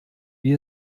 wie